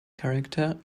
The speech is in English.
character